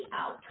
out